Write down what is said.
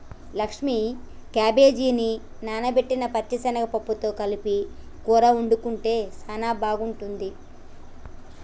లక్ష్మీ క్యాబేజిని నానబెట్టిన పచ్చిశనగ పప్పుతో కలిపి కూర వండుకుంటే సానా బాగుంటుంది